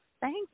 Thank